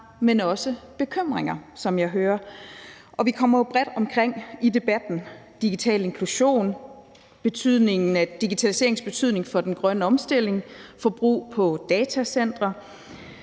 men også bekymringer, som jeg hører. Og vi kommer jo bredt omkring i debatten: digital inklusion, digitaliseringens betydning for den grønne omstilling, forbrug på datacentre,